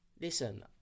Listen